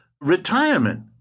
retirement